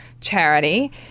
charity